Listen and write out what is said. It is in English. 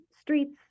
streets